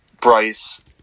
Bryce